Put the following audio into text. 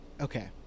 Okay